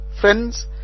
Friends